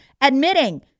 admitting